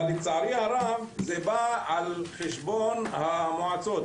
אבל לצערי הרב זה בא על חשבון המועצות.